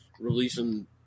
releasing